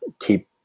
keep